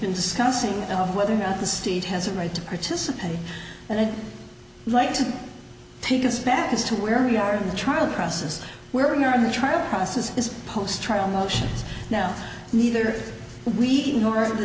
been discussing whether or not the state has a right to participate and i'd like to take us back as to where we are in the trial process where we are in a trial process is post trial motions now neither we nor the